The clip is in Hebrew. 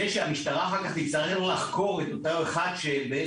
זה שהמשטרה אחר כך תצטרך לחקור את מי שזיהינו